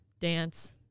dance